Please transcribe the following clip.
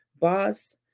boss